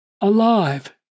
alive